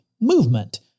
movement